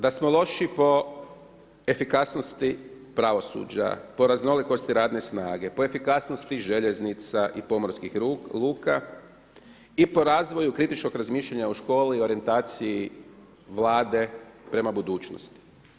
Da smo loši po efikasnosti pravosuđa, po raznolikosti radne snage, po efikasnosti željeznica i pomorskih luka i po razvoju kritičkog razmišljanja o školi, orijentaciji Vlade prema budućnosti.